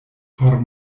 por